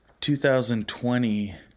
2020